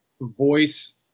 voice